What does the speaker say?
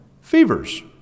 fevers